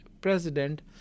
president